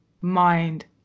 mind